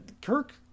Kirk